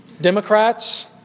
Democrats